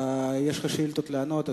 יש לך שאילתות לענות עליהן,